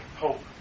hope